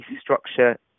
structure